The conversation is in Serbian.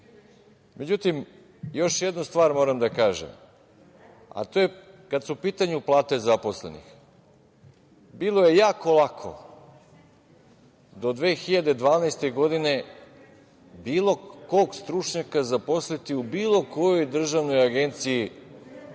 običaja.Međutim, još jednu stvar moram da kažem, a kada su u pitanju plate zaposlenih, bilo je jako lako do 2012. godine bilo kog stručnjaka zaposliti u bilo kojoj državnoj agenciji